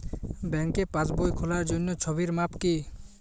ব্যাঙ্কে পাসবই খোলার জন্য ছবির মাপ কী?